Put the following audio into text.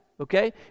okay